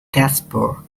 casper